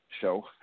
show